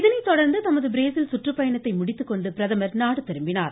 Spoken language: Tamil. இதனை தொடர்ந்து தமது பிரேசில் சுற்றுப்பயணத்தை முடித்துக்கொண்டு பிரதமர் நாடு திரும்பினார்